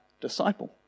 disciple